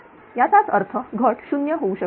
याचाच अर्थ घट 0 होऊ शकत नाही